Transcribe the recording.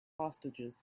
hostages